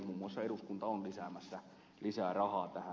muun muassa eduskunta on lisäämässä rahaa tähän